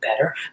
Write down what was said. better